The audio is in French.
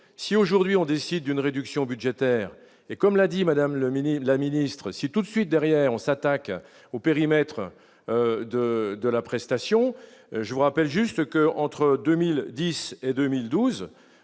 si aujourd'hui on décide une réduction budgétaire et comme l'a dit Madame le ministre de la ministre si tout de suite derrière, on s'attaque au périmètre de de la prestation, je vous rappelle juste que entre 2010 et 2012,